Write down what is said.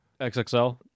xxl